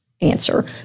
answer